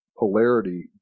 polarity